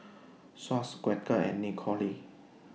Swatch Quaker and Nicorette